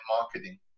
marketing